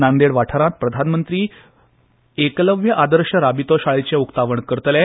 नांदेड वाठारात प्रधानमंत्री मोदी एकलव्य आदर्श राबितो शाळेचे उक्तावण करतले